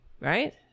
Right